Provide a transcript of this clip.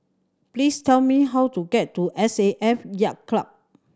please tell me how to get to S A F Yacht Club